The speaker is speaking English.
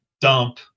dump